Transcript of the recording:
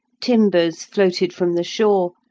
timbers floated from the shore,